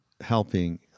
helping